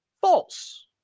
false